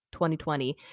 2020